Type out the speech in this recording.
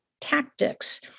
tactics